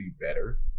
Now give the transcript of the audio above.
better